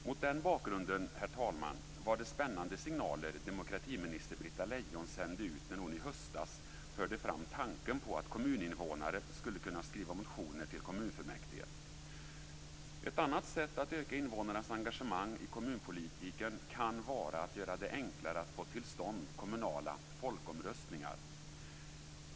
Mot den bakgrunden, herr talman, var det spännande signaler demokratiminister Britta Lejon sände ut när hon i höstas förde fram tanken på att kommuninnevånare skulle kunna skriva motioner till kommunfullmäktige. Ett annat sätt att öka invånarnas engagemang i kommunpolitiken kan vara att göra det enklare att få till stånd kommunala folkomröstningar.